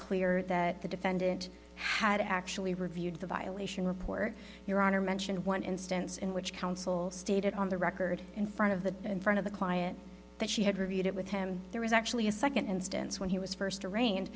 clear that the defendant had actually reviewed the violation report your honor mentioned one instance in which counsel stated on the record in front of the in front of the client that she had reviewed it with him there was actually a second instance when he was first arrai